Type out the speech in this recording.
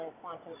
quantum